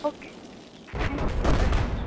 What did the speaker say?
okay thank you welcome